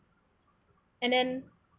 and then